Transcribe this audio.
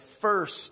first